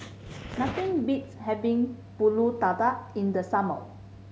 nothing beats having Pulut Tatal in the summer